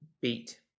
Beat